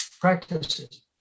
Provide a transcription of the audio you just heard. practices